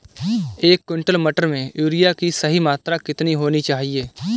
एक क्विंटल मटर में यूरिया की सही मात्रा कितनी होनी चाहिए?